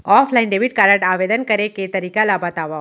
Offline debit card आवेदन करे के तरीका ल बतावव?